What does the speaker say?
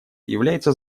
является